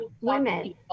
women